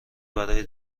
برای